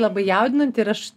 labai jaudinanti ir aš